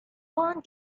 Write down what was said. one